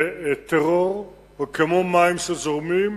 וטרור הוא כמו מים שזורמים,